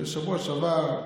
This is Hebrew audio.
ובשבוע שעבר,